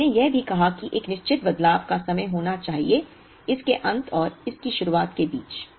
और हमने यह भी कहा कि एक निश्चित बदलाव का समय होना चाहिए इस के अंत और इस की शुरुआत के बीच